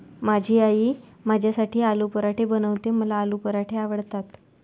माझी आई माझ्यासाठी आलू पराठे बनवते, मला आलू पराठे आवडतात